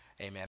Amen